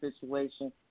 situation